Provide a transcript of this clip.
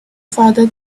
father